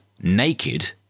naked